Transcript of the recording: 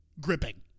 gripping